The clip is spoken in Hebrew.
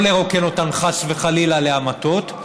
לא לרוקן אותן חס וחלילה להמתות,